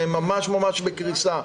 והם ממש ממש בקריסה.